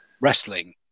wrestling